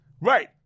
right